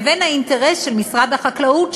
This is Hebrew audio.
לבין האינטרס של משרד החקלאות,